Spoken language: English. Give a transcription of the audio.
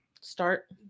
start